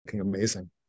amazing